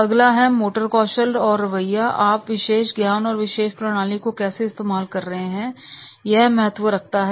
अगला है मोटर कौशल और रवैया आप विशेष ज्ञान और विशेष प्रणाली को कैसे इस्तेमाल कर रहे हैं यह महत्व रखता है